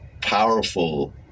powerful